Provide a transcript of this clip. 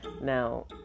Now